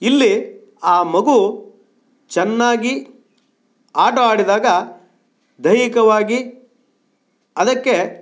ಇಲ್ಲಿ ಆ ಮಗು ಚೆನ್ನಾಗಿ ಆಟ ಆಡಿದಾಗ ದೈಹಿಕವಾಗಿ ಅದಕ್ಕೆ